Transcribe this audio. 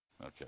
Okay